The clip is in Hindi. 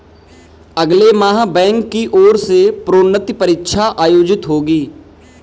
अगले माह बैंक की ओर से प्रोन्नति परीक्षा आयोजित होगी